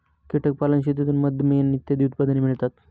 कीटक पालन शेतीतून मध, मेण इत्यादी उत्पादने मिळतात